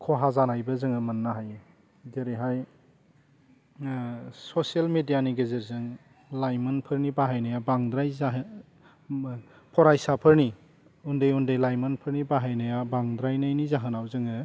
खहा जानायबो जोङो मोन्नो हायो जेरैहाय ससियेल मेडियानि गेजेरजों लाइमोनफोरनि बाहायनाया बांद्राय जा मो फरायसाफोरनि उन्दै उन्दै लाइमोनफोरनि बाहायनाया बांद्रायनायनि जाहोनाव जोङो